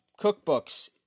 cookbooks